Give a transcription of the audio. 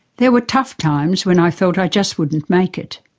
there were tough times when i felt i just wouldn't make it.